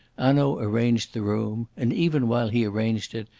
hanaud arranged the room, and, even while he arranged it,